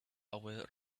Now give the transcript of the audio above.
aware